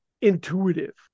intuitive